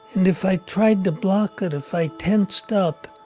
and if i tried to block it, if i tensed up,